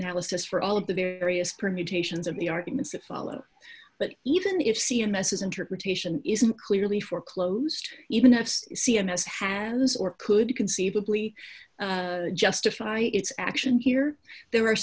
analysis for all of the various permutations of the arguments that follow but even if c m s is interpretation isn't clearly foreclosed even if c m s has or could conceivably justify its action here there are